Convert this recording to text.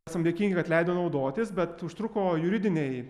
esam dėkingi kad leido naudotis bet užtruko juridiniai